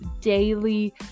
daily